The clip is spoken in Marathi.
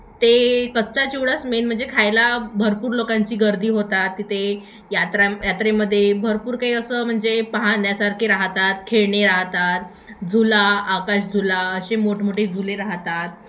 ते कच्चा चिवडाच मेन म्हणजे खायला भरपूर लोकांची गर्दी होतात तिथे यात्रा यात्रेमध्ये भरपूर काही असं म्हणजे पाहण्यासारखे राहतात खेळणे राहतात झुला आकाश झुला असे मोठमोठे झुले राहतात